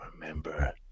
remember